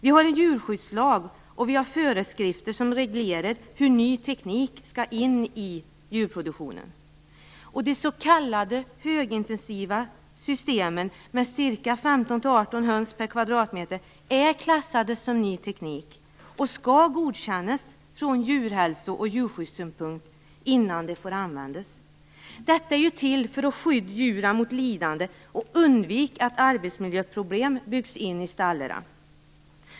Det finns en djurskyddslag, och det finns föreskrifter som reglerar hur ny teknik skall tas in i djurproduktionen. De s.k. högintensiva systemen med ca 15 18 höns per kvadratmeter är klassade som ny teknik och skall godkännas från djurhälso och djurskyddssynpunkt innan de får användas. Denna lag är till för att skydda djuren mot lidande och för att undvika att arbetsmiljöproblem byggs in i stallarna.